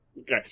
Okay